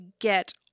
get